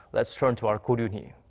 let's turn to our ko roon-hee